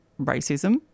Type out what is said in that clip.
racism